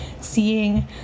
seeing